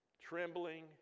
trembling